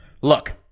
Look